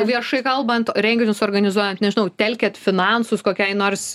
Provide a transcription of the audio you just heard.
viešai kalbant renginius organizuojant nežinau telkiat finansus kokiai nors